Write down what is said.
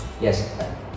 Yes